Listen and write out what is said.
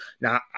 Now